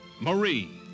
marie